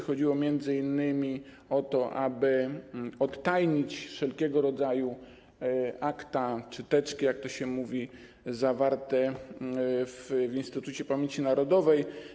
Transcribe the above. Chodziło m.in. o to, aby odtajnić wszelkiego rodzaju akta czy teczki, jak to się mówi, trzymane w Instytucie Pamięci Narodowej.